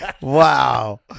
Wow